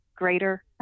Greater